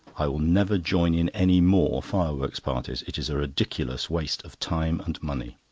i will never join in any more firework parties. it is a ridiculous waste of time and money.